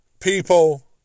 people